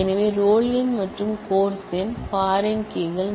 எனவே ரோல் எண் மற்றும் கோர்ஸ் எண் பாரின் கீ கள்